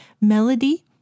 melody